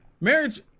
marriage